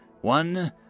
one